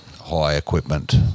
high-equipment